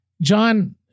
John